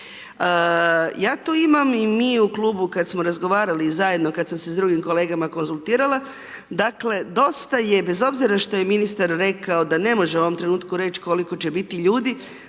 Ja tu imam i mi u klubu kada smo razgovarali i zajedno kad sam se s drugim kolegama konzultirala dakle dosta je, bez obzira što je ministar rekao da ne može u ovom trenutku reći koliko će biti ljudi,